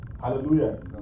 Hallelujah